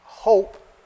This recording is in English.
hope